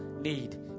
need